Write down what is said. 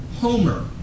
Homer